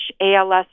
ALS